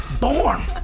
born